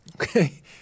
Okay